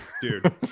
dude